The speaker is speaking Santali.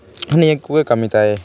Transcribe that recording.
ᱱᱤᱭᱟᱹ ᱠᱚᱜᱮ ᱠᱟᱹᱢᱤ ᱛᱟᱭ